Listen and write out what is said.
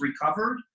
recovered